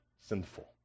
sinful